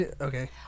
Okay